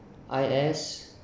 I S